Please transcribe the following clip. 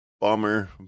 bummer